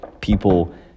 people